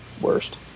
Worst